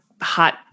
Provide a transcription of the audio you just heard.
hot